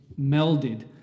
melded